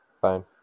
fine